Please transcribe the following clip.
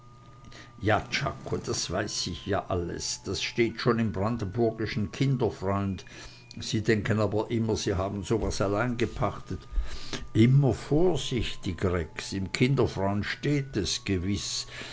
ja czako das weiß ich ja alles das steht ja schon im brandenburgischen kinderfreund sie denken aber immer sie haben so was allein gepachtet immer vorsichtig rex im kinderfreund steht es gewiß